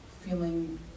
feeling